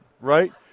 right